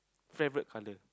favourite colour